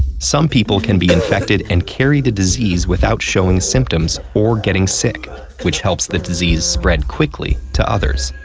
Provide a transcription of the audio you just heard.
some people can be infected and carry the disease without showing symptoms or getting sick, which helps the disease spread quickly to others.